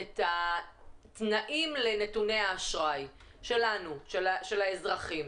התנאים לנתוני האשראי של האזרחים.